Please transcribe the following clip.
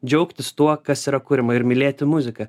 džiaugtis tuo kas yra kuriama ir mylėti muziką